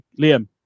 Liam